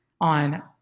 on